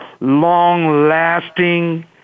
long-lasting